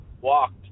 walked